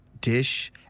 dish